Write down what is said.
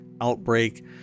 outbreak